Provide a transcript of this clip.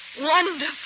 wonderful